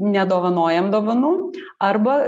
nedovanojam dovanų arba